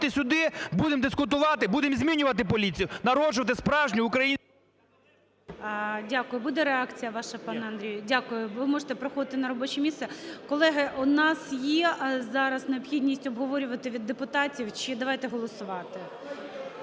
Дякую. Буде реакція ваша, пане Андрію? Дякую. Ви можете проходити на робоче місце. Колеги, у нас є зараз необхідність обговорювати від депутатів чи давайте голосувати?